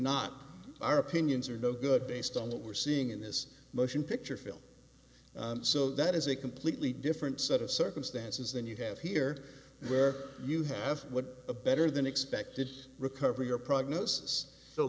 not our opinions are no good based on what we're seeing in this motion picture feel so that is a completely different set of circumstances than you have here where you have a better than expected recovery or prognosis so